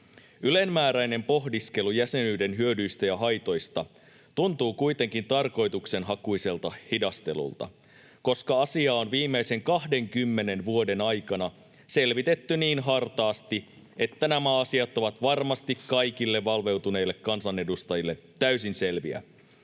Ylenmääräinen pohdiskelu jäsenyyden hyödyistä ja haitoista tuntuu kuitenkin tarkoituksenhakuiselta hidastelulta, koska asiaa on viimeisten 20 vuoden aikana selvitetty niin hartaasti, että nämä asiat ovat varmasti kaikille valveutuneille kansanedustajille täysin selviä.